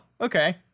okay